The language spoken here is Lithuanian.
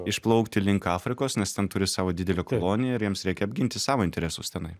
išplaukti link afrikos nes ten turi savo didelę koloniją ir jiems reikia apginti savo interesus tenai